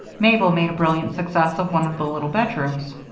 mabel made a brilliant success of one of the little bedrooms,